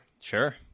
Sure